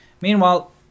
Meanwhile